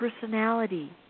personality